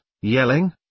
yelling